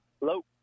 Hello